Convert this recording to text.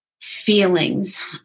feelings